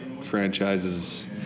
franchises –